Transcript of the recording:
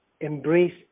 embrace